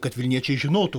kad vilniečiai žinotų